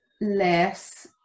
less